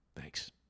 Thanks